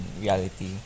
reality